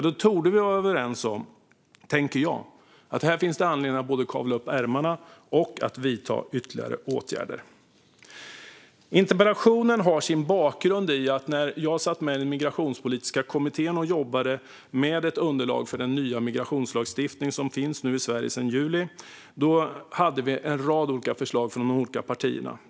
Då torde vi vara överens om, tänker jag, att här finns det anledning att både kavla upp ärmarna och vidta ytterligare åtgärder. Interpellationen har sin bakgrund i att när jag satt med i den migrationspolitiska kommittén och jobbade med ett underlag för den nya migrationslagstiftning som finns i Sverige sedan juli hade vi en rad olika förslag från de olika partierna.